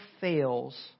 fails